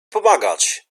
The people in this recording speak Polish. pomagać